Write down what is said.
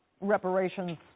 reparations